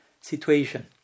situation